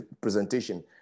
presentation